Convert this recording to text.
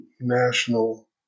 national